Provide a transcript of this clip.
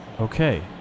Okay